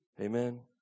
Amen